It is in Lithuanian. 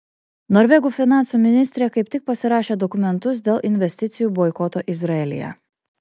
norvegų finansų ministrė kaip tik pasirašė dokumentus dėl investicijų boikoto izraelyje